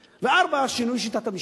4. שינוי שיטת המשטר.